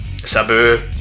Sabu